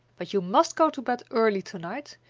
but you must go to bed early to-night,